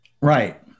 Right